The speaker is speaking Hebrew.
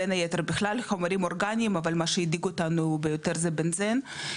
בין היתר בכלל חומרים אורגניים אבל מה שהדאיג אותנו ביותר זה בנזן,